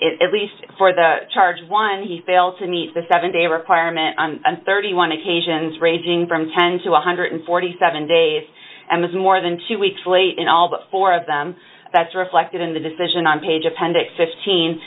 at least for the charges one he fails to meet the seven day requirement on thirty one occasions ranging from ten to one hundred and forty seven days and was more than two weeks late in all but four of them that's reflected in the decision on page appendix fifteen